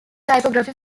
typography